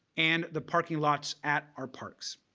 and the parking lots at our parks.